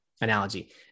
analogy